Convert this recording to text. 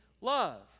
love